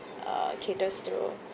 uh caters to